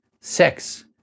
sex